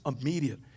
immediate